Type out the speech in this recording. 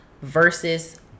versus